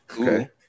Okay